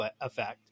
effect